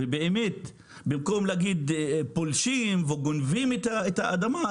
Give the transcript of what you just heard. ובאמת במקום להגיד: פולשים וגונבים את האדמה,